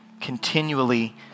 continually